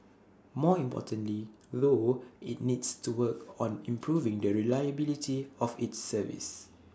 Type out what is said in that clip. more importantly though IT needs to work on improving the reliability of its service